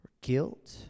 guilt